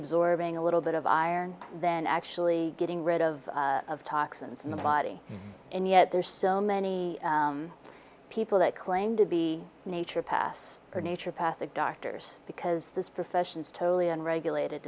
absorbing a little bit of iron then actually getting rid of of toxins in the body and yet there are so many people that claim to be nature pass her nature past the doctors because this profession is totally unregulated